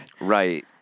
Right